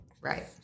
Right